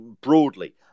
broadly